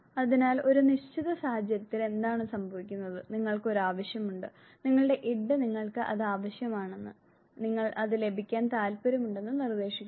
അതിനാൽ ഒരു നിശ്ചിത സാഹചര്യത്തിൽ എന്താണ് സംഭവിക്കുന്നത് നിങ്ങൾക്ക് ഒരു ആവശ്യമുണ്ട് നിങ്ങളുടെ ഇഡ് നിങ്ങൾക്ക് അത് ആവശ്യമാണെന്ന് നിങ്ങൾക്ക് അത് ലഭിക്കാൻ താൽപ്പര്യമുണ്ടെന്ന് നിർദ്ദേശിക്കുന്നു